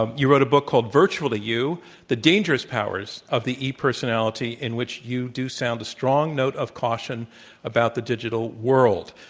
um you wrote a book called, virtually you the dangerous powers of the e-personality, in which you do sound a strong note of caution about the digital world.